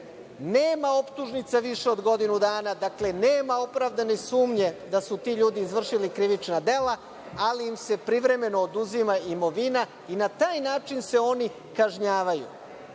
Nema optužnica više od godinu dana, dakle, nema opravdane sumnje da su ti ljudi izvršili krivična dela, ali im se privremeno oduzima imovina i na taj način se oni kažnjavaju.